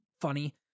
funny